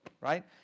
right